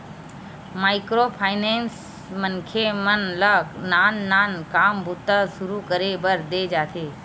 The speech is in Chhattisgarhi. माइक्रो फायनेंस मनखे मन ल नान नान काम बूता सुरू करे बर देय जाथे